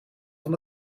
van